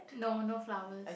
no no flowers